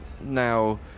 now